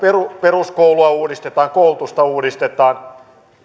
peruskoulua uudistetaan koulutusta uudistetaan